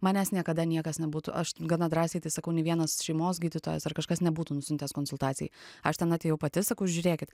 manęs niekada niekas nebūtų aš gana drąsiai tai sakau nei vienas šeimos gydytojas ar kažkas nebūtų nusiuntęs konsultacijai aš ten atėjau pati sakau žiūrėkit